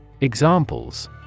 Examples